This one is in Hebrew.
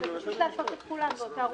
באותה רובריקה.